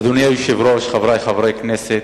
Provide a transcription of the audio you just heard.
אדוני היושב-ראש, חברי חברי הכנסת,